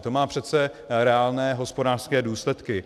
To má přece reálné hospodářské důsledky.